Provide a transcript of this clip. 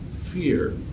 fear